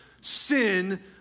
sin